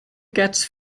gets